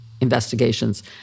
investigations